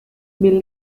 build